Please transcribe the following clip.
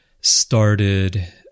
started